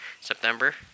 September